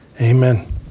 Amen